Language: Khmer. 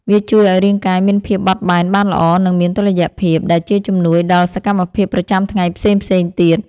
វាជួយឱ្យរាងកាយមានភាពបត់បែនបានល្អ និងមានតុល្យភាព ដែលជាជំនួយដល់សកម្មភាពប្រចាំថ្ងៃផ្សេងៗទៀត។